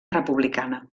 republicana